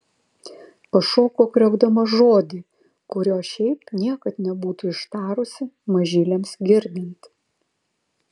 pašoko kriokdama žodį kurio šiaip niekad nebūtų ištarusi mažyliams girdint